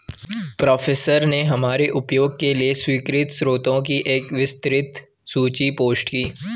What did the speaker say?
professor ने हमारे उपयोग के लिए स्वीकृत स्रोतों की एक विस्तृत सूची पोस्ट की